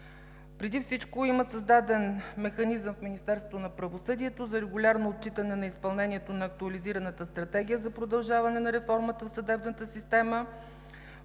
Преди всичко има създаден механизъм в Министерството на правосъдието за регулярно отчитане на изпълнението на Актуализираната стратегия за продължаване на реформата в съдебната система,